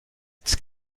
its